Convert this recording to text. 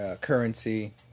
currency